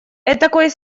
этакой